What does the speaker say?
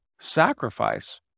sacrifice